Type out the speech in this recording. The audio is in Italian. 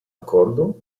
accordo